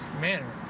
manner